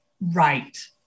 Right